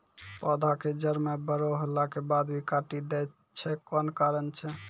पौधा के जड़ म बड़ो होला के बाद भी काटी दै छै कोन कारण छै?